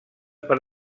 per